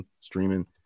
streaming